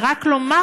ורק לומר,